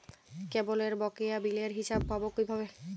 কেবলের বকেয়া বিলের হিসাব পাব কিভাবে?